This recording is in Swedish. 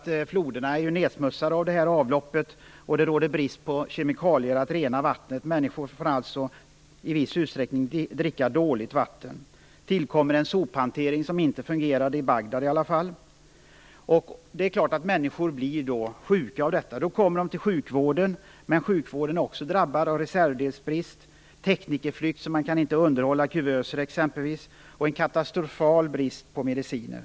Floderna är ju nedsmutsade av avloppet, och det råder brist på kemikalier för att rena vattnet. Människor får alltså i viss utsträckning dricka dåligt vatten. Till detta kommer en sophantering som inte fungerar, inte i Bagdad i alla fall. Självfallet blir människor sjuka av detta och söker sig till sjukvården. Men sjukvården är också drabbad av reservdelsbrist, teknikerbrist, som gör att man t.ex. inte kan underhålla kuvöser, och en katastrofal brist på mediciner.